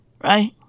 Right